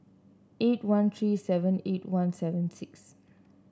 eight one three seven eight one seven six